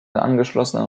angeschlossenen